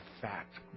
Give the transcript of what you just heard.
fact